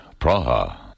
Praha